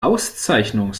auszeichnung